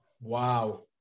Wow